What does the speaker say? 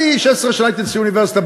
16 שנה הייתי נשיא אוניברסיטה.